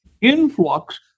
influx